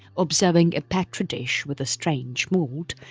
observing a petri dish with a strange mould,